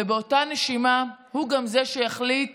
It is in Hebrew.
ובאותה נשימה הוא גם זה שיחליט